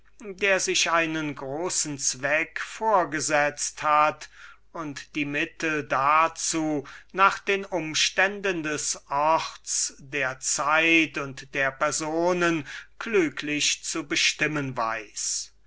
der sich einen großen zweck vorgesetzt hat und die mittel dazu nach den umständen des orts der zeit und der personen klüglich zu bestimmen weiß